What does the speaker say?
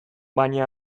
baina